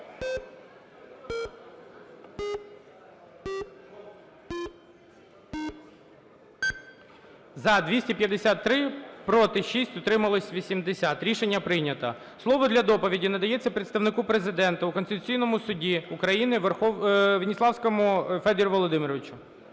За-253 Проти – 6, утрималось – 80. Рішення прийнято. Слово для доповіді надається Представнику Президента у Конституційному Суді України Веніславському Федору Володимировичу.